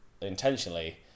intentionally